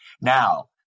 Now